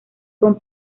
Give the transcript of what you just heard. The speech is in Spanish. con